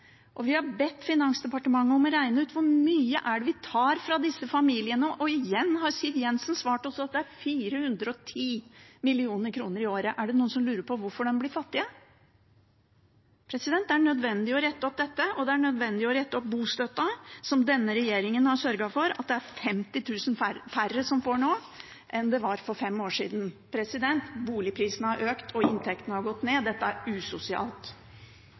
den. Vi har bedt Finansdepartementet om å regne ut hvor mye det er vi tar fra disse familiene, og igjen har Siv Jensen svart oss at det er 410 mill. kr i året. Er det noen som lurer på hvorfor de blir fattige? Det er nødvendig å rette opp dette, og det er nødvendig å rette opp bostøtta, som denne regjeringen har sørget for at det er 50 000 færre som får nå enn det var for fem år siden. Boligprisene har økt, og inntektene har gått ned. Dette er usosialt.